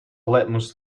litmus